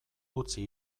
utzi